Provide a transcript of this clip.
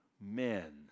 men